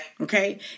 Okay